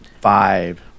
Five